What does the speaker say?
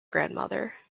grandmother